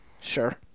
Sure